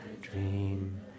dream